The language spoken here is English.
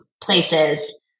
places